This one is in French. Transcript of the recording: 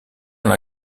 dans